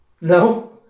No